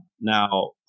Now